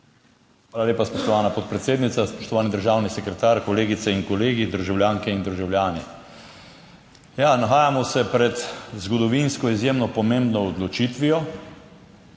Hvala lepa, spoštovana podpredsednica. Spoštovani državni sekretar, kolegice in kolegi, državljanke in državljani! Ja, nahajamo se pred zgodovinsko izjemno pomembno odločitvijo.